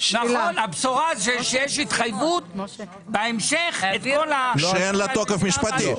הבשורה זה שיש התחייבות בהמשך --- שאין לה תוקף משפטי.